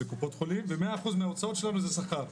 קופות חולים ו-100% מההוצאות שלנו זה שכר.